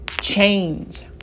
Change